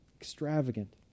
Extravagant